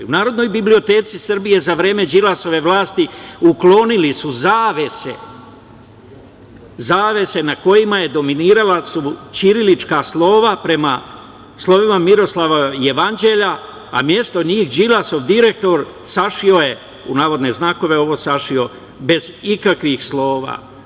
U Narodnoj biblioteci Srbije za vreme Đilasove vlasti uklonili su zavese, zavese na kojima su dominirala ćirilička slova prema slovima Miroslavljevog jevanđelja, a umesto njih Đilasov direktora „sašio je“ bez ikakvih slova.